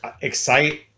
Excite